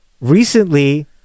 Recently